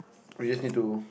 we just need to